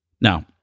Now